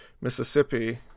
Mississippi